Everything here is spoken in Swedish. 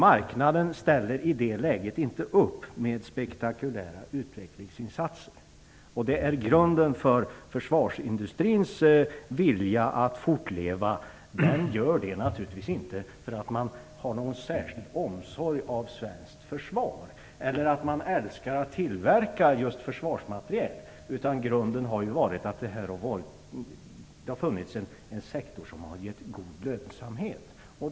Marknaden ställer i det läget inte upp med spektakulära utvecklingsinsatser. Det är grunden för försvarsindustrins vilja att fortleva. Den gör det naturligtvis inte därför att man har en särskild omsorg om svenskt försvar eller att man älskar att tillverka just försvarsmateriel, utan grunden har varit att det har funnits en sektor som har gett god lönsamhet.